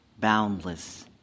boundless